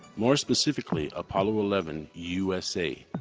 more specifically, apollo eleven, usa.